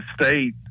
state –